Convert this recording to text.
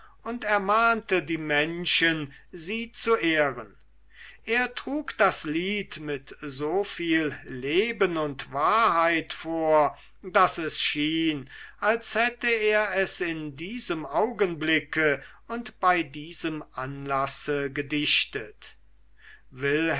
und ermahnte die menschen sie zu ehren er trug das lied mit so viel leben und wahrheit vor daß es schien als hätte er es in diesem augenblicke und bei diesem anlasse gedichtet wilhelm